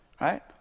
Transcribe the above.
right